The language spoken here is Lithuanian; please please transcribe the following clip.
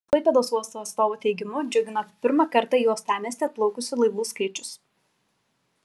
klaipėdos uosto atstovų teigimu džiugino pirmą kartą į uostamiestį atplaukusių laivų skaičius